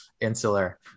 insular